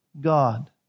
God